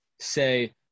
say